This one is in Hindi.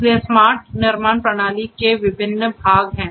इसलिए स्मार्ट निर्माण प्रणाली के विभिन्न भाग हैं